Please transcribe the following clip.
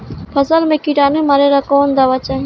फसल में किटानु मारेला कौन दावा चाही?